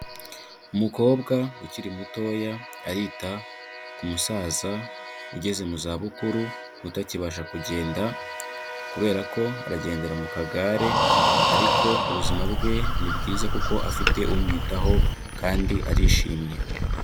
Umukobwa ukiri mutoya arita ku musaza ugeze mu za bukuru, utakibasha kugenda, kubera ko aragendera mu kagare, ariko ubuzima bwe ni bwiza kuko afite umwitaho, kandi arishimye.